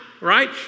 right